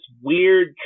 weird